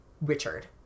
richard